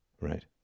right